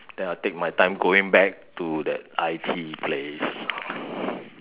then I take my time going back to that I_T place